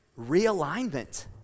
Realignment